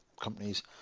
companies